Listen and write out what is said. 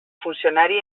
funcionari